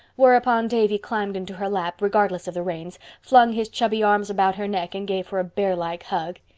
whereupon davy climbed into her lap, regardless of the reins, flung his chubby arms about her neck and gave her a bear-like hug.